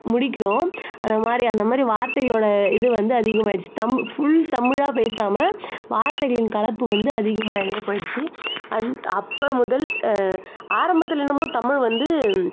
முடிக்கிறோம் அந்தமாதிரி அந்தமாதிரி வார்த்தைகளோடய இது வந்து அதிகமாகிடிச்சி தம் ஃபுல் தமிழாக பேசாமல் வார்த்தைகளின் கலப்பு வந்து அதிகமாகி போயிடுச்சி அண்ட் அப்போ முதல் ஆரம்பத்தில் என்னமோ தமிழ் வந்து